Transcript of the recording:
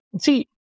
see